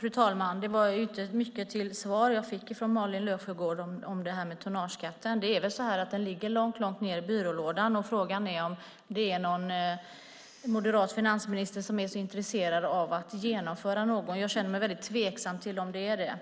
Fru talman! Det var inte mycket till svar jag fick från Malin Löfsjögård om tonnageskatten. Den ligger väl långt ned i byrålådan. Frågan är om det är någon moderat finansminister som är intresserad av att genomföra någon. Jag känner mig väldigt tveksam till om det är det.